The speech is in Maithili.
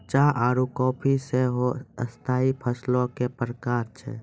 चाय आरु काफी सेहो स्थाई फसलो के प्रकार छै